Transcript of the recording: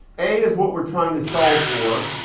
a is what we're trying to solve for.